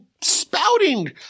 spouting